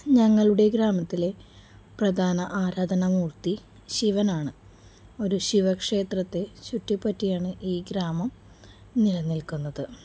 ഞങ്ങളുടെ ഗ്രാമത്തിലെ പ്രധാന ആരാധന മൂർത്തി ശിവനാണ് ഒരു ശിവക്ഷേത്രത്തെ ചുറ്റിപ്പറ്റിയാണ് ഈ ഗ്രാമം നിലനിൽക്കുന്നത്